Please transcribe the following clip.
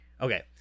okay